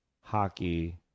hockey